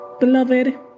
beloved